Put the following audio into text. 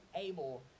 able